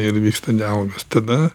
ir vyksta dialogas tada